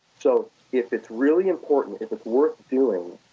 so if it's really important, if it's worth doing,